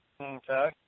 Okay